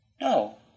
No